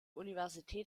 universität